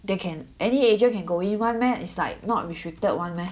they can any agent can go in [one] meh it's like not restricted [one] meh